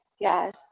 Yes